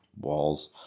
walls